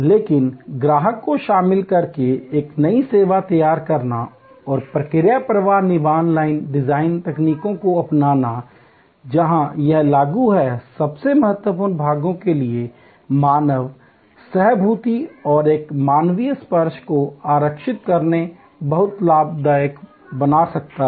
लेकिन ग्राहक को शामिल करके एक नई सेवा तैयार करना और प्रक्रिया प्रवाह निर्माण लाइन डिजाइन तकनीकों को अपनाना जहां यह लागू है सबसे महत्वपूर्ण भागों के लिए मानव सहानुभूति और एक मानवीय स्पर्श को आरक्षित करके बहुत लाभदायक बना सकता है